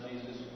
Jesus